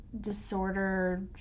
disorder